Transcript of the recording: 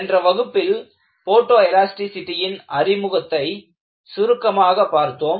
சென்ற வகுப்பில் போட்டோ எலாஸ்டிசிடியின் அறிமுகத்தை சுருக்கமாகப் பார்த்தோம்